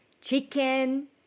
chicken